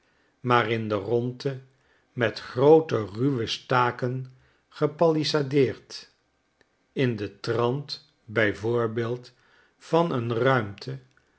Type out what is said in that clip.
maar in de rondte met groote ruwestaken gepalissadeerd in den trant bij voorbeeld van een ruimte